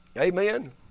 Amen